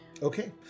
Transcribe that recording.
Okay